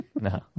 No